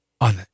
on